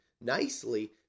nicely